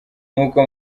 nk’uko